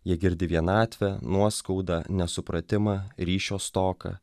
jie girdi vienatvę nuoskaudą nesupratimą ryšio stoką